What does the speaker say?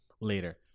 later